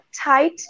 tight